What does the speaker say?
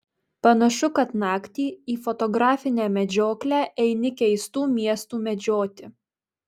panašu kad naktį į fotografinę medžioklę eini keistų miestų medžioti